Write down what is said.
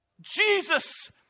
Jesus